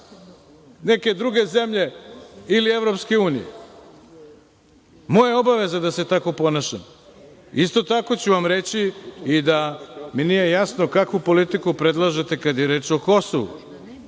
neke druge zemlje, ili EU. Moja je obaveza da se tako ponašam. Isto tako ću vam reći i da mi nije jasno kakvu politiku predlažete kada je reč o Kosovu.